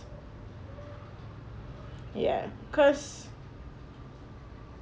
ya cause